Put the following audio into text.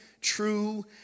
true